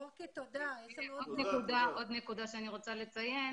עוד נקודה שאני רוצה לציין